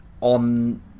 on